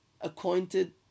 acquainted